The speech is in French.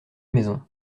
maisons